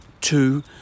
two